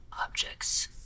objects